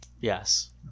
Yes